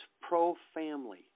pro-family